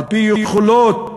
על-פי יכולות,